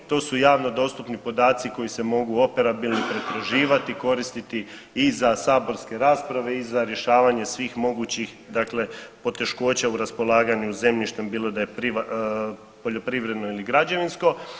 To su javno dostupni podaci koji se mogu operabilno pretraživati i koristiti i za saborske rasprave i za rješavanje svih mogućih poteškoća u raspolaganju zemljištem, bilo da je poljoprivredno ili građevinsko.